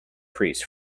priest